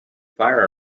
fire